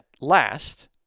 last